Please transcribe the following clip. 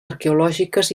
arqueològiques